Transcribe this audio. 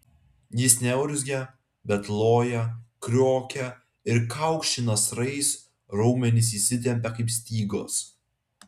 jis neurzgia bet loja kriokia ir kaukši nasrais raumenys įsitempia kaip stygos